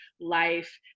life